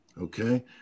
okay